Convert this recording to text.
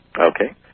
Okay